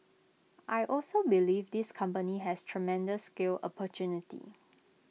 I also believe this company has tremendous scale opportunity